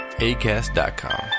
ACAST.com